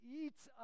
eats